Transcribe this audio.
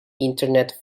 internet